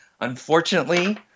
Unfortunately